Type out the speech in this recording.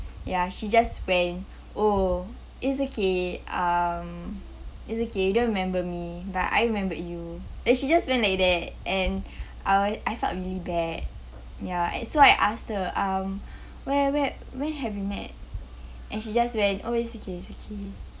ya she just went oh it's okay um it's okay don't remember me but I remember you and she just went like that and um I felt really bad ya and so I asked her um where where when have we met and she just went oh it's okay it's okay